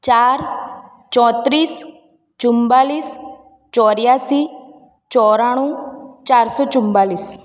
ચાર ચોત્રીસ ચુમ્માળીસ ચોર્યાસી ચોરાણું ચારસો ચુમ્માળીસ